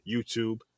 YouTube